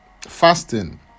fasting